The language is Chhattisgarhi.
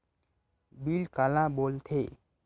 बिल काला बोल थे?